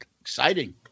exciting